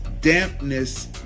dampness